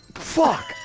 fuck!